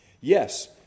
Yes